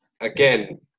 Again